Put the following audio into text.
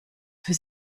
für